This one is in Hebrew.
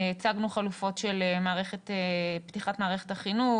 הצגנו חלופות של פתיחת מערכת החינוך,